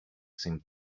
seemed